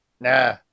Nah